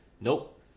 Nope